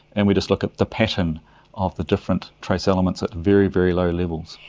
and we just look at the pattern of the different trace elements at very, very low levels.